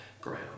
ground